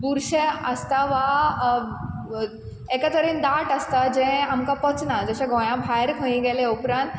बुरशें आसता वा एका तरेन दाट आसता जें आमकां पचना जशें गोंया भाय खंय गेले उपरान